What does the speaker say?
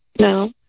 No